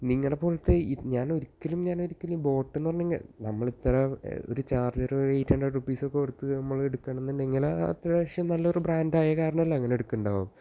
നിങ്ങളുടെ പോലത്തെ ഞാൻ ഒരിക്കലും ഞാന് ഒരിക്കലും ബോട്ട് എന്ന് പറയുന്ന നമ്മളിത്ര ഒരു ചാർജറ് എയിറ്റ് ഹൺഡ്രഡ് റുപ്പീസ് കൊടുത്ത് നമ്മള് എടുക്കണം എന്നുണ്ടെങ്കില് അത്യാവശ്യം നല്ലൊരു ബ്രാൻഡായ കാരണവല്ലേ അങ്ങനെ എടുക്കുന്നുണ്ടാവുക